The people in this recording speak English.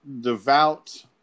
devout